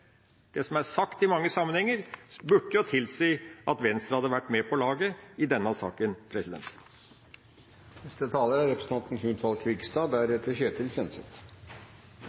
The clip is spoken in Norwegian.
som er sagt i mange sammenhenger, burde jo tilsi at Venstre hadde vært med på laget i denne saken.